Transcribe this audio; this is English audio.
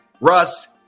Russ